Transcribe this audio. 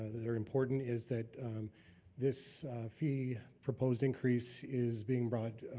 they're important, is that this fee proposed increase is being brought,